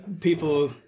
people